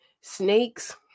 snakes